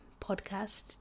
podcast